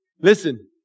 Listen